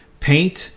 Paint